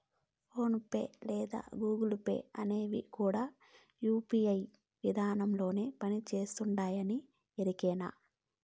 phone pay లేదా Google pay అనేవి కూడా యూ.పీ.ఐ విదానంలోనే పని చేస్తుండాయని ఎరికేనా